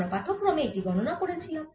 আমরা পাঠক্রমে এটি গণনা করেছিলাম